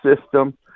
system